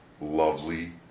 lovely